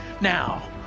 Now